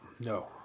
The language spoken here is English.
No